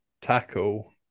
tackle